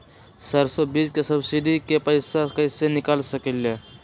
सरसों बीज के सब्सिडी के पैसा कईसे निकाल सकीले?